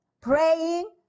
praying